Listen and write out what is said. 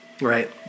right